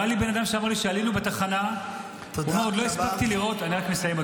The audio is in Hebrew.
אמר לי בן אדם שהוא עלה בתחנה - אני כבר מסיים,